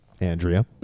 Andrea